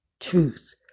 truth